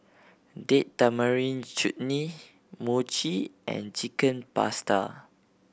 Date Tamarind Chutney Mochi and Chicken Pasta